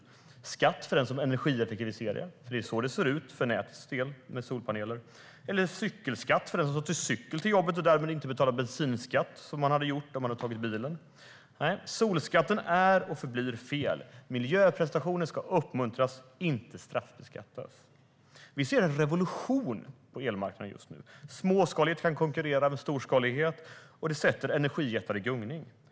Blir det skatt för den som energieffektiviserar? Det är så det ser ut för nätets del med solpaneler. Eller blir det en cykelskatt för den som tar sin cykel till jobbet och därmed inte betalar bensinskatt som man hade gjort om man hade tagit bilen? Nej, solskatten är och förblir fel. Miljöprestationer ska uppmuntras och inte straffbeskattas. Vi ser en revolution på elmarknaden just nu. Småskaligt kan konkurrera med storskaligt, och det sätter energijättar i gungning.